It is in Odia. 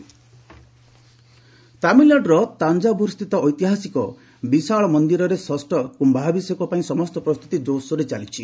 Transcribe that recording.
ଟିଏନ ଟେମ୍ବଲ୍ ତାମିଲନାଡ଼ୁର ତାଞ୍ଜାଭୁରସ୍ଥିତ ଐତିହାସିକ ବିଶାଳ ମନ୍ଦିରର ଷଷ କ୍ୟୁଭିଷେକ ପାଇଁ ସମସ୍ତ ପ୍ରସ୍ତୁତି ଜୋରସୋରରେ ଚାଲିଛି